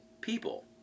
people